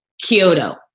Kyoto